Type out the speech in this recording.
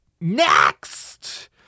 Next